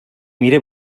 mire